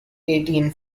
eighteen